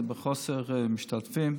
זה מחוסר משתתפים,